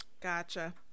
Gotcha